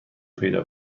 پیدا